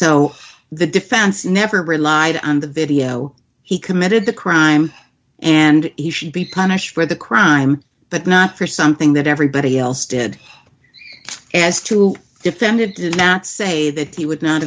so the defense never relied on the video he committed the crime and he should be punished for the crime but not for something that everybody else did as to defend it does not say that he would not